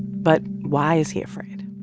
but why is he afraid?